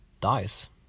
dies